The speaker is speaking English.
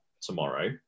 tomorrow